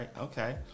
Okay